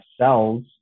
cells